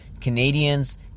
Canadians